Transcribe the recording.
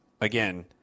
again